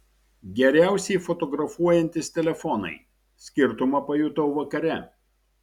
geriausiai fotografuojantys telefonai skirtumą pajutau vakare